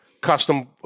custom